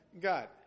God